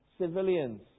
civilians